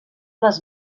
les